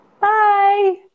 Bye